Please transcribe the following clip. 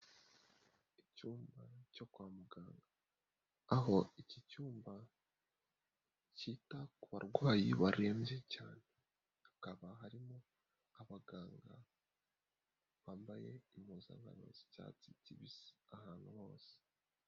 Icyumba cyo kwa muganga, aho iki cyumba cyita ku barwayi barembye cyane, hakaba harimo abaganga bambaye impuzankano z'icyatsi kibisi ahantu hose.